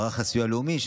מערך הסיוע הלאומי,